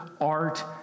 art